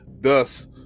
thus